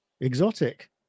exotic